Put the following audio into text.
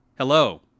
Hello